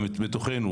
גם בתוכנו,